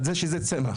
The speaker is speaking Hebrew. על זה שזהו צמח.